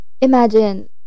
imagine